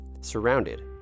surrounded